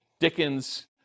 Dickens